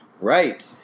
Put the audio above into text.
Right